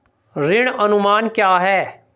ऋण अनुमान क्या है?